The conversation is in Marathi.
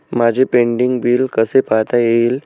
माझे पेंडींग बिल कसे पाहता येईल?